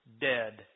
dead